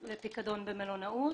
-- לפיקדון במלונאות.